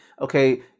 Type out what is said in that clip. Okay